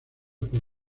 por